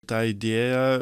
ta idėja